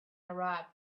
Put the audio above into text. arab